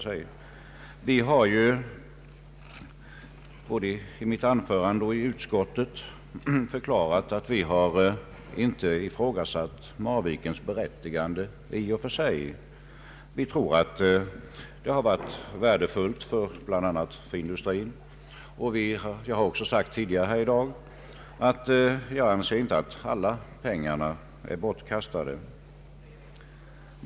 Jag har i mitt anförande liksom i utskottet förklarat att vi inte ifrågasatt Marvikens berättigande i och för sig. Vi tror att projektet varit värdefullt bl.a. för industrin, och jag har också sagt här tidigare i dag att jag inte anser att alla pengarna är bortkastade.